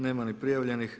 Nema ni prijavljenih.